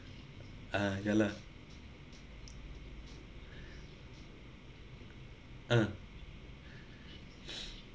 ah ya lah uh